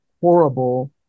horrible